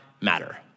matter